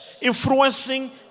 influencing